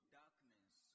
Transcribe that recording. darkness